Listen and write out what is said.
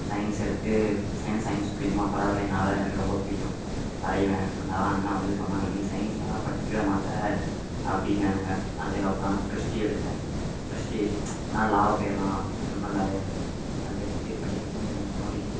science எடுத்து ஏன்னால் science பிடிக்குமா படம் வரைகிறனால எனக்கு ரொம்ப பிடிக்கும் வரைவேன் அதனால் அண்ணன் வந்து சொன்னாங்க நீ சயின்ஸெல்லாம் படிச்சுக்கிட மாட்டே அப்படின்னாங்க அதுக்கப்புறம் க்ரிஸ்டி எடுத்தேன் க்ரிஸ்டி அப்படின்னா லா போயிடலாம் க்ரிமினல் லாயர் அதை எடுத்து படிக்கணும்னு எனக்கு தோணுச்சு